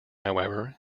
however